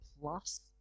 plus